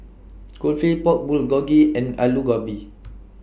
Kulfi Pork Bulgogi and Alu Gobi